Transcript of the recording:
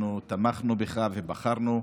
אנחנו תמכנו בך ובחרנו,